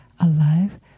alive